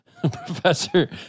Professor